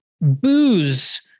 booze